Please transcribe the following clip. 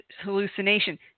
hallucination